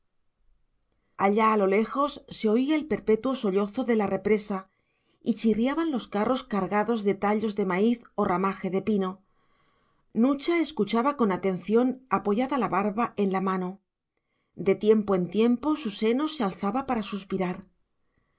allá a lo lejos se oía el perpetuo sollozo de la represa y chirriaban los carros cargados de tallos de maíz o ramaje de pino nucha escuchaba con atención apoyada la barba en la mano de tiempo en tiempo su seno se alzaba para suspirar